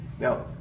Now